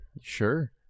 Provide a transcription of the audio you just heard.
Sure